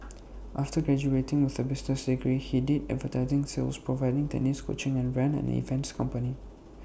after graduating with A business degree he did advertising sales provided tennis coaching and ran an events company